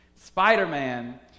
Spider-Man